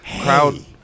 Crowd